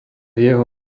jeho